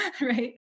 right